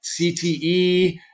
CTE